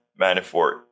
Manafort